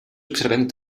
observem